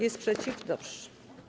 Jest sprzeciw, dobrze.